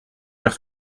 vers